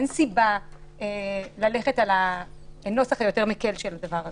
אין סיבה ללכת על הנוסח היותר מקל של הדבר הזה.